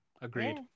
agreed